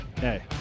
hey